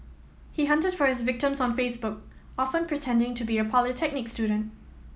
he hunted for his victims on Facebook often pretending to be a polytechnic student